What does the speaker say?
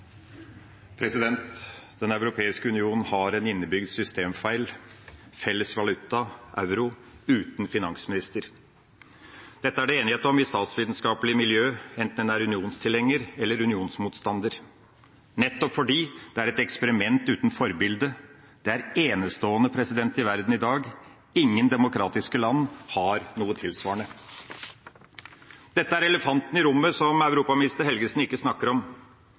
Den europeiske union har en innebygd systemfeil – felles valuta, euro, uten finansminister. Dette er det enighet om i statvitenskapelige miljøer, enten en er unionstilhenger eller unionsmotstander, nettopp fordi det er et eksperiment uten forbilde. Det er enestående i verden i dag – ingen demokratiske land har noe tilsvarende. Dette er elefanten i rommet som europaminister Helgesen ikke snakker om.